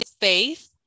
faith